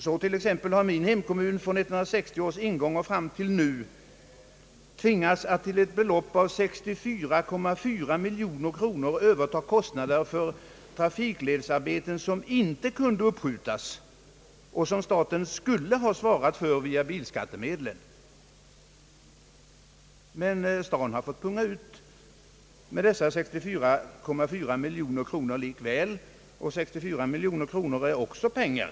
Så t.ex. har min hemkommun från 1960 års ingång och fram till nu tvingats att till ett belopp av 64,4 miljoner kronor överta kostnader för trafikledsarbeten som inte kunde uppskjutas och som staten skulle ha svarat för via bilskattemedlen. Staden har likväl fått punga ut med dessa 64,4 miljoner, och 64 miljoner kronor är också pengar.